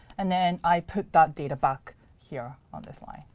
and then i put dot data back here on this line.